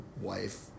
wife